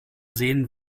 sehen